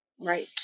right